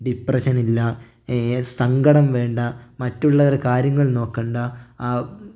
depression ഇല്ല സങ്കടം വേണ്ട മറ്റുള്ളവരെ കാര്യങ്ങൾ നോക്കേണ്ട